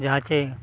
ᱡᱟᱦᱟᱸ ᱪᱮ